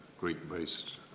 Greek-based